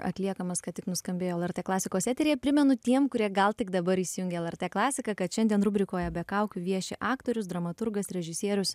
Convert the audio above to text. atliekamas ką tik nuskambėjo lrt klasikos eteryje primenu tiem kurie gal tik dabar įsijungė lrt klasiką kad šiandien rubrikoje be kaukių vieši aktorius dramaturgas režisierius